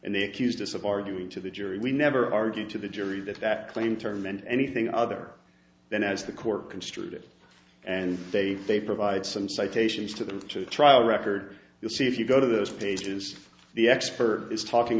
and they accused us of arguing to the jury we never argued to the jury that that claim term meant anything other than as the court construed it and they they provide some citations to the trial record you'll see if you go to those pages the expert is talking